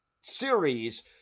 series